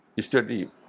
study